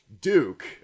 Duke